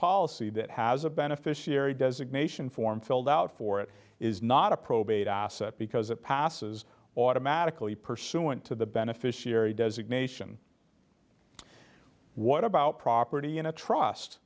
policy that has a beneficiary designation form filled out for it is not a probate asset because it passes automatically pursuant to the beneficiary designation what about property in a trust